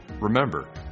remember